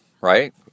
right